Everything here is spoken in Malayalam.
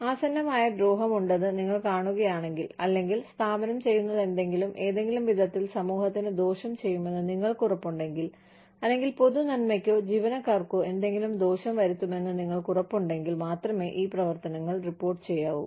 ആസന്നമായ ദ്രോഹമുണ്ടെന്ന് നിങ്ങൾ കാണുകയാണെങ്കിൽ അല്ലെങ്കിൽ സ്ഥാപനം ചെയ്യുന്നതെന്തും ഏതെങ്കിലും വിധത്തിൽ സമൂഹത്തിന് ദോഷം ചെയ്യുമെന്ന് നിങ്ങൾക്ക് ഉറപ്പുണ്ടെങ്കിൽ അല്ലെങ്കിൽ പൊതുനന്മയ്ക്കോ ജീവനക്കാർക്കോ എന്തെങ്കിലും ദോഷം വരുത്തുമെന്ന് നിങ്ങൾക്ക് ഉറപ്പുണ്ടെങ്കിൽ മാത്രമേ ഈ പ്രവർത്തനങ്ങൾ റിപ്പോർട്ട് ചെയ്യാവൂ